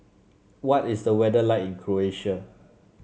what is the weather like in Croatia